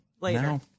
later